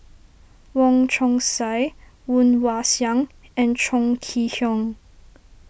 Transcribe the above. Wong Chong Sai Woon Wah Siang and Chong Kee Hiong